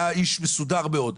היה איש מסודר מאוד,